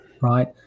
right